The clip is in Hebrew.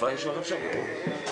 הישיבה ננעלה בשעה